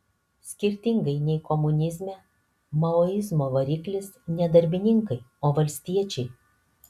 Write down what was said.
skirtingai nei komunizme maoizmo variklis ne darbininkai o valstiečiai